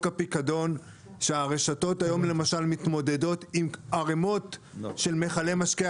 הפיקדון שהרשתות היום למשל מתמודדות עם ערמות של מכלי משקה,